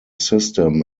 system